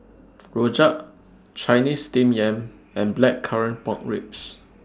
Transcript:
Rojak Chinese Steamed Yam and Blackcurrant Pork Ribs